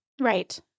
Right